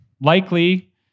likely